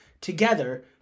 together